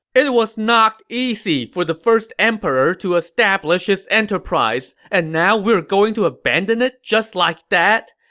it was not easy for the first emperor to establish his enterprise, and now we're going to abandon it just like that.